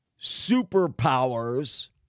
superpowers